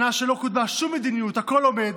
שנה שלא קודמה בה שום מדיניות, הכול עומד.